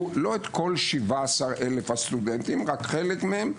לא את כל 17,000 הסטודנטים רק חלק מהם,